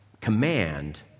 command